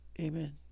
Amen